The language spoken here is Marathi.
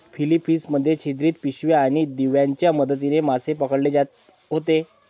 फिलीपिन्स मध्ये छिद्रित पिशव्या आणि दिव्यांच्या मदतीने मासे पकडले जात होते